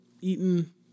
eaten